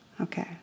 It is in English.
Okay